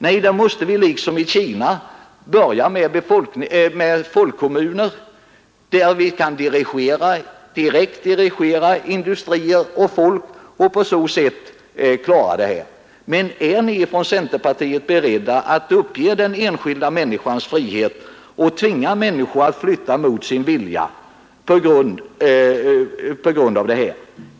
Nej, då måste man liksom i Kina börja med folkkommuner där man kan direkt dirigera industrier och folk och på så sätt klara detta. Men är ni i centerpartiet beredda att ge upp den enskilda människans frihet och tvinga människor att flytta mot sin vilja på grund av detta?